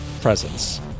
presence